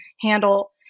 handle